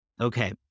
Okay